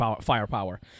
firepower